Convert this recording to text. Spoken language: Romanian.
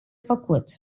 făcut